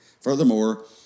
Furthermore